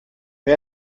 wer